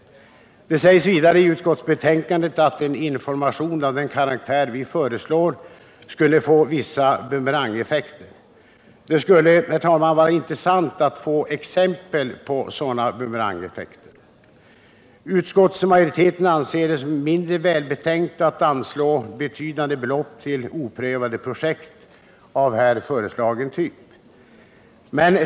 Det sägs vidare i utskottsbetänkandet att en information av den karaktär som vi föreslår skulle kunna få vissa bumerangeffekter. Det skulle vara intressant att få exempel på sådana bumerangeffekter. Utskottsmajoriteten anser det mindre välbetänkt att anslå betydande belopp till oprövade projekt av här föreslagen typ.